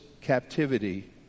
captivity